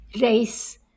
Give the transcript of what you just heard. race